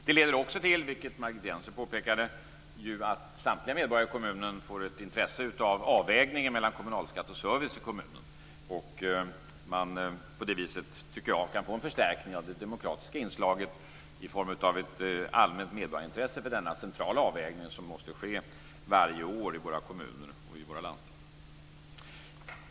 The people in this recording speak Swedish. Det leder också, vilket Margit Gennser påpekade, till att samtliga medborgare i kommunen får ett intresse av avvägningen mellan kommunalskatt och service i kommunen. På det viset kan man, tycker jag, få en förstärkning av det demokratiska inslaget i form av ett allmänt medborgarintresse för den centrala avvägning som måste ske varje år i våra kommuner och våra landsting.